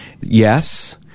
yes